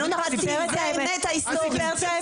כי זו האמת ההיסטורית.